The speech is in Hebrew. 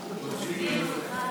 לעלות ולהציג את הצעת